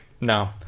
no